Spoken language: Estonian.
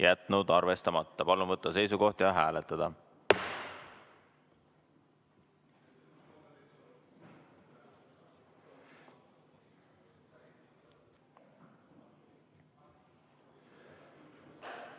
selle arvestamata. Palun võtta seisukoht ja hääletada!